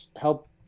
help